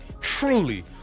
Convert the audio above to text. truly